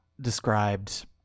described